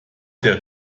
der